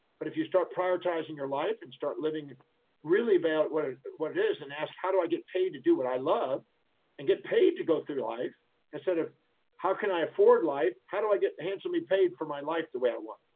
but if you start prioritizing your life and start living really about what, what it is and ask, how do i get paid to do what i love and get paid to go through life instead of how can i afford life? how do i get handsomely paid for my life the way i want?